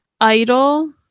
idle